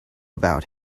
about